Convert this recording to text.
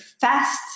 fast